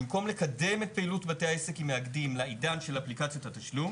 במקום לקדם את פעילות בתי העסק עם מאגדים לעידן של אפליקציות התשלום